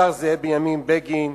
השר זאב בנימין בגין,